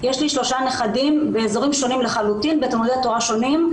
יש לי שלושה נכדים באזורים שונים לחלוטין בתלמודי תורה שונים,